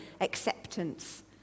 acceptance